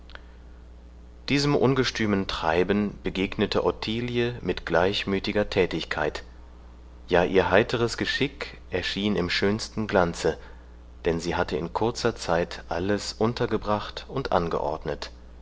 diesem ungestümen treiben begegnete ottilie mit gleichmütiger tätigkeit ja ihr heiteres geschick erschien im schönsten glanze denn sie hatte in kurzer zeit alles untergebracht und angeordnet